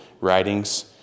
writings